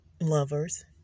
lovers